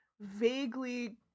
vaguely